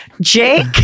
jake